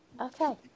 Okay